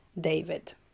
David